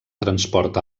transport